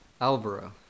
Alvaro